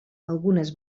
algunes